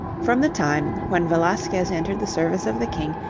from the time when velasquez entered the service of the king,